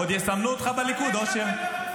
עוד יסמנו אותך בליכוד, אושר.